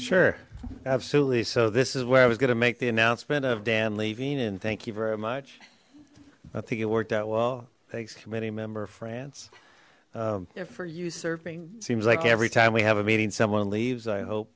sure absolutely so this is where i was gonna make the announcement of dan leaving and thank you very much i think it worked out well thanks committee member of france for you surfing seems like every time we have a meeting someone leaves i hope